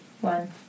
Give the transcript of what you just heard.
one